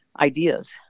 ideas